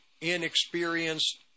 inexperienced